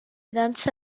dansa